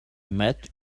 met